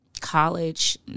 college